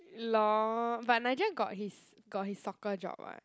lol but Nigel got his got his soccer job [what]